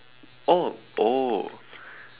oh oh